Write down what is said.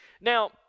now